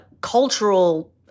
cultural